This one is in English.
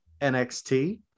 NXT